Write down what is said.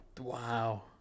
Wow